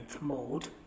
mode